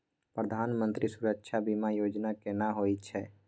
प्रधानमंत्री सुरक्षा बीमा योजना केना होय छै?